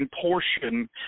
portion